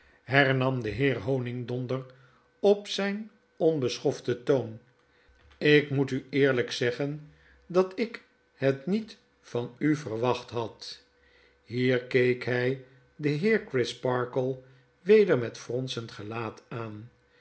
mpheer hernamde heer honigdonder op zijn onbeschoftsten toon ik moetueerlp zeggen dat ik het niet van u verwacht had hier keek hg den heer crisparkle weder met fronsend gelaat aan